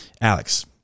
Alex